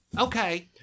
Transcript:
Okay